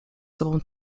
sobą